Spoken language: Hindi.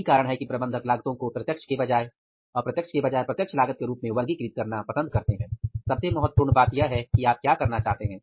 सबसे महत्वपूर्ण बात यह है कि आप क्या करना चाहते हैं